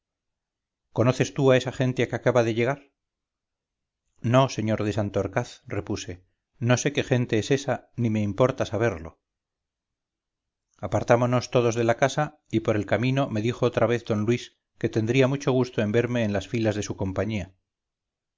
conoces tú a esa gente que acaba de llegar no sr de santorcaz repuse no sé qué gente es esa ni me importa saberlo apartámonos todos de la casa y por el camino me dijo otra vez d luis que tendría mucho gusto en verme en las filas de su compañía